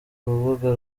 rubuga